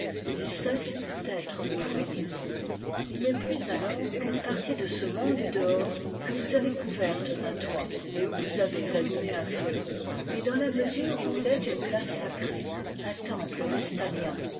il cesse d'être le foyer il n'est plus alors qu'une partie de ce monde du dehors que vous avez couverte d'un toit et où vous avez allumé un feu mais dans la mesure où il est une place sacrée un temple vestalien